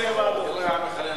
6146, 6149,